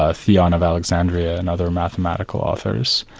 ah theon of alexandria, and other mathematical authors.